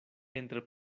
entre